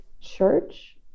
church